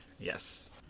Yes